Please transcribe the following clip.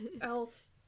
else